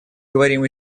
говорим